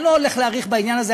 אני לא הולך להאריך בעניין הזה.